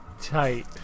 Tight